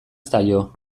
zaio